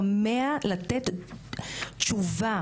כמה לתת תשובה